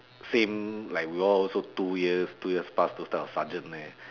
same like we all also two years two years plus those type of sergeant leh